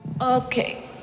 Okay